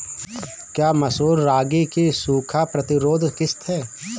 क्या मसूर रागी की सूखा प्रतिरोध किश्त है?